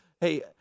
hey